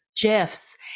gifs